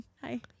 Hi